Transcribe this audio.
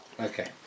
Okay